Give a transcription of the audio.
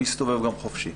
הוא יסתובב גם חופשי.